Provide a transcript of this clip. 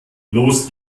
los